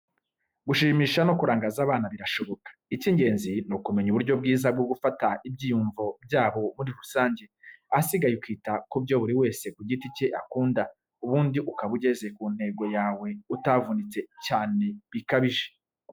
Gushimisha no kurangaza abana birashoboka, icy'ingenzi ni ukumenya uburyo bwiza bwo gufata ibyiyumvo byabo muri rusange, ahasigaye ukita ku byo buri wese ku giti cye akunda, ubundi ukaba ugeze ku ntego yawe utavunitse cyane bikabije.